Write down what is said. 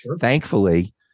thankfully-